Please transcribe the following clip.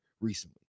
recently